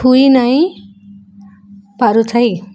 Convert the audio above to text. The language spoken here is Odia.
ଛୁଇ ନାଇଁ ପାରୁଥାଇ